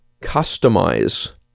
customize